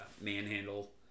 manhandle